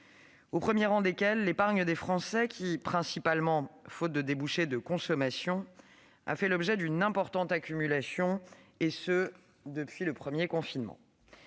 au premier rang desquels l'épargne des Français, qui, principalement faute de débouchés de consommation, a fait l'objet d'une importante accumulation depuis le premier confinement.